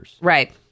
Right